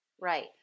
Right